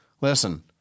Listen